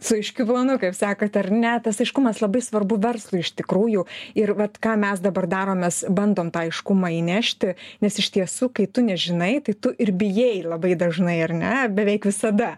su aiškiu planu kaip sakot ar ne tas aiškumas labai svarbu verslui iš tikrųjų ir vat ką mes dabar darom mes bandom tą aiškumą įnešti nes iš tiesų kai tu nežinai tai tu ir bijai labai dažnai ar ne beveik visada